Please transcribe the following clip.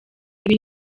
ibi